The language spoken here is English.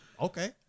Okay